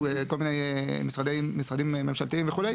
כל מיני משרדים ממשלתיים וכו',